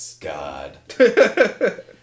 God